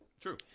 True